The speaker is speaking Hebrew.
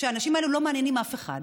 שהאנשים האלה לא מעניינים אף אחד.